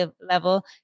level